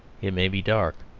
it may be dark,